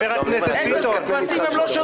אבל אולי --- לא יודע האם איווט ליברמן מסכים --- הליכוד